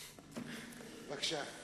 בבקשה.